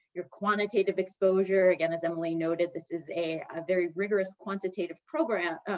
your quantitative exposure, again, as emily noted, this is a very rigorous quantitative program.